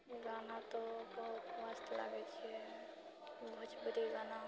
गाना तो बहुत मस्त लागैत छियै भोजपुरी गाना